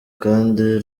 kandi